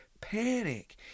panic